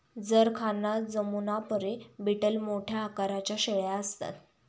जरखाना जमुनापरी बीटल मोठ्या आकाराच्या शेळ्या असतात